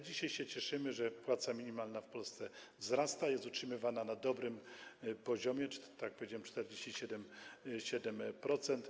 Dzisiaj się cieszymy, że płaca minimalna w Polsce wzrasta, jest utrzymywana na dobrym poziomie, czyli, tak jak powiedziałem, 47%.